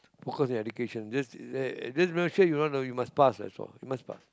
focus your education just just make sure you know you must pass that's all you must pass